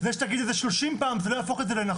זה שתגידי את זה 30 פעם, זה לא יהפוך את זה לנכון.